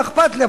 לא אכפת לי,